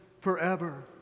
forever